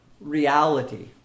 reality